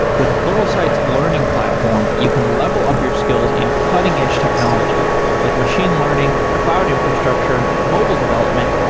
with pluralsight learning platform, you can level up your skills in cutting edge technology like machine learning, cloud infrastructure, mobile development,